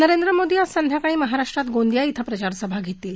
नरेंद्र मोदी आज संध्याकाळी महाराष्ट्रात गोंदिया इथं प्रचारसभा घेणार आहेत